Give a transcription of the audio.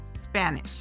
Spanish